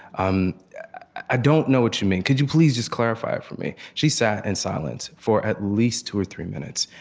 um i don't know what you mean. could you please just clarify it for me. she sat in silence for at least two or three minutes,